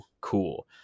cool